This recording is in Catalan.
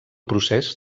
procés